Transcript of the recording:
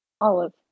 olive